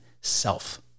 self